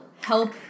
help